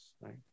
right